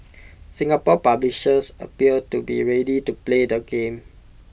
Singapore publishers appear to be ready to play the game